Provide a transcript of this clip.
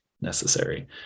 necessary